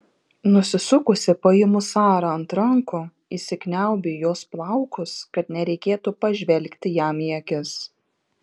nusisukusi paimu sarą ant rankų įsikniaubiu į jos plaukus kad nereikėtų pažvelgti jam į akis